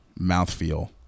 mouthfeel